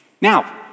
Now